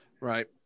Right